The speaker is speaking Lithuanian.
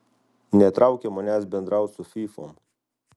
netraukia manęs bendraut su fyfom